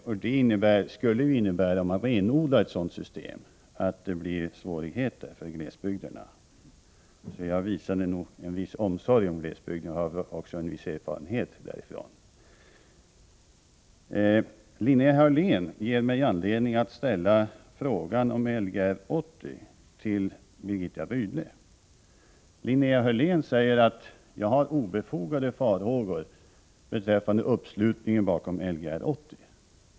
Om ett sådant system renodlades, skulle det innebära svårigheter för glesbygderna. Jag visade nog omsorg om glesbygden, som jag också har en viss erfarenhet ifrån. Linnea Hörlén ger mig anledning att ställa frågan om Lgr 80 till Birgitta Rydle. Linnea Hörlén säger att jag har obefogade farhågor beträffande uppslutningen bakom Lgr 80.